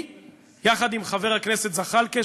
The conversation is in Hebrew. היא יחד עם חבר הכנסת זחאלקה,